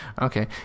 okay